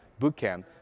Bootcamp